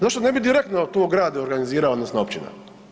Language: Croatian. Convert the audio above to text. Zašto ne bi direktno to grad organizirao, odnosno općina?